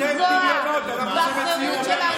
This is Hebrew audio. לפגוע בחירות של האנשים.